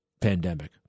pandemic